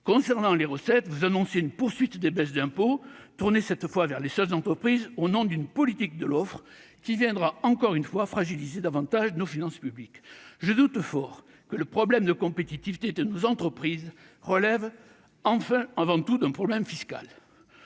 Concernant les recettes, vous annoncez une poursuite des baisses d'impôts, tournées cette fois vers les seules entreprises, au nom d'une « politique de l'offre » qui viendra fragiliser encore davantage nos finances publiques. Je doute fort que le problème de compétitivité de nos entreprises relève avant tout d'un problème fiscal.